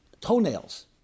toenails